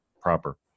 proper